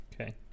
okay